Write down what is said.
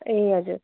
ए हजुर